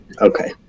Okay